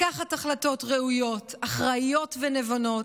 לקחת החלטות ראויות, אחראיות ונבונות,